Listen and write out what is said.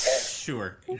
Sure